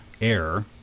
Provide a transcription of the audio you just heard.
air